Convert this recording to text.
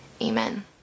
amen